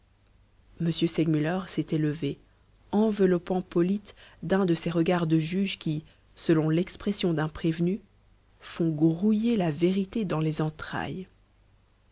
m segmuller s'était levé enveloppant polyte d'un de ces regards de juge qui selon l'expression d'un prévenu font grouiller la vérité dans les entrailles